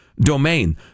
domain